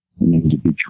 individual